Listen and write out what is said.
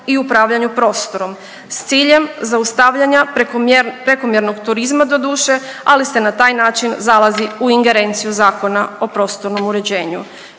i upravljanju prostorom s ciljem zaustavljanja prekomjernog turizma doduše, ali se na taj način zalazi u ingerenciju Zakona o prostornom uređenju